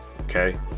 okay